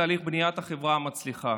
בתהליך בניית החברה המצליחה: